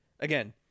Again